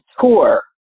tour